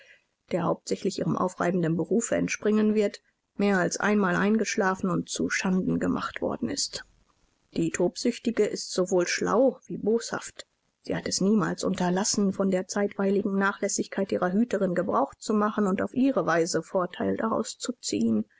der hauptsächlich ihrem aufreibenden berufe entspringen wird mehr als einmal eingeschläfert und zu schanden gemacht worden ist die tobsüchtige ist sowohl schlau wie boshaft sie hat es niemals unterlassen von der zeitweiligen nachlässigkeit ihrer hüterin gebrauch zu machen und auf ihre weise vorteil daraus zu ziehen